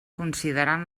considerant